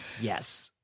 Yes